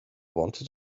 wanted